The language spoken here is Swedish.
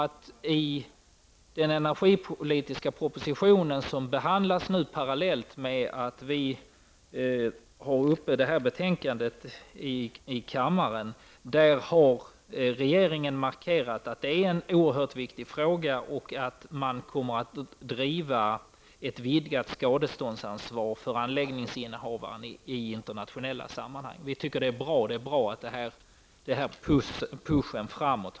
I den energipolitiska proposition som nu behandlas parallellt med det betänkande som nu är uppe till behandling i kammaren, har regeringen markerat att detta är en oerhört viktig fråga och att regeringen i internationella sammanhang kommer att driva frågan om ett vidgat skadeståndsansvar för anläggningsinnehavare. Vi tycker att det är bra med denna push framåt.